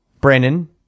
brandon